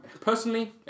personally